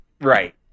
Right